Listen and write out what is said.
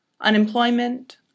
Unemployment